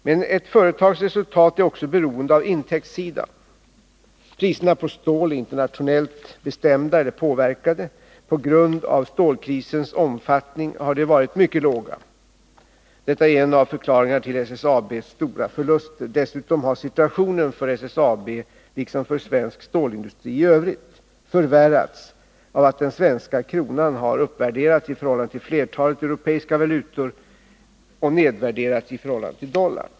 Men ett företags resultat är ju också beroende av intäktssidan. Priserna på stål är internationellt bestämda eller påverkade. På grund av stålkrisens omfattning har de varit mycket låga. Detta är en av förklaringarna till SSAB:s stora förluster. Dessutom har situationen för SSAB, !iksom för svensk stålindustri i övrigt, förvärrats av att den svenska kronan har uppvärderats i förhållande till flertalet europeiska valutor och nedvärderats i förhållande till dollarn.